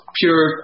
pure